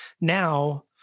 Now